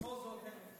בכל זאת,